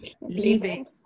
leaving